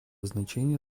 значение